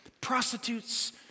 prostitutes